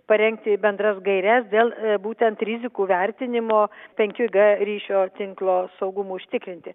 parengti bendras gaires dėl būtent rizikų vertinimo penki g ryšio tinklo saugumui užtikrinti